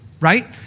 right